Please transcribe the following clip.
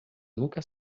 nunca